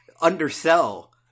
undersell